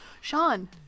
Sean